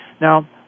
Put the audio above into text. Now